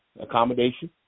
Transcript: accommodation